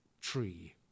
tree